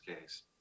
case